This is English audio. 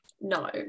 no